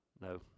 No